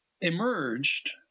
emerged